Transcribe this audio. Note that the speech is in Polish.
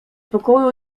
pokoju